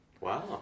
Wow